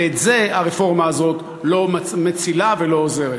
ואת זה הרפורמה הזאת לא מצילה ולזה היא לא עוזרת.